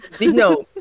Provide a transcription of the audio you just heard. No